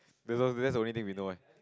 that's all that's the only thing we know right